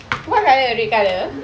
what colour red colour